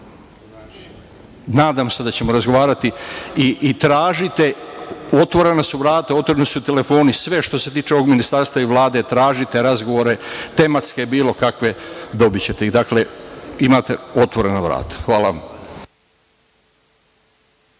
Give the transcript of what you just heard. Nadam se da ćemo razgovarati. Otvorena su vrata, otvoreni su telefoni, sve što se tiče ovog ministarstva i Vlade, tražite razgovore, tematske, bilo kakve, i dobićete ih. Dakle, imate otvorena vrata. Hvala vam.